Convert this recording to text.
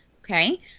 okay